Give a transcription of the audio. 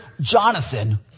Jonathan